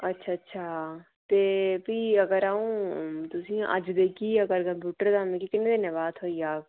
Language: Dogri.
अच्छा अच्छा ते फ्ही अगर अं'ऊ तुसेंगी अज्ज देगी तां कम्प्यूटर मिगी किन्ने दिनें बाद थ्होई जाह्ग